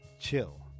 Chill